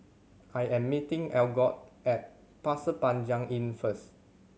I am meeting Algot at Pasir Panjang Inn first